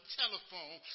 telephone